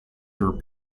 her